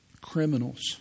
criminals